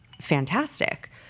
fantastic